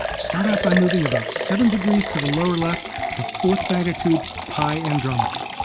start out by moving about seven degrees to the lower left, to fourth magnitude pi andromedae.